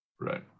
Right